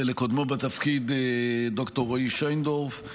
ולקודמו בתפקיד ד"ר רועי שיינדורף,